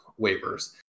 waivers